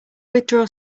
withdraw